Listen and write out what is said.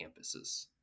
campuses